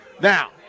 Now